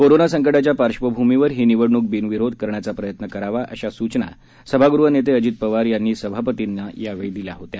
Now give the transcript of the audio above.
corona संकटाच्या पार्श्वभूमीवर ही निवडणुक बिनविरोध करण्याचा प्रयत्न करावा अशा सूचना सभागृह नेते अजित पवार यांना सभापतींनी यावेळी दिल्या होत्या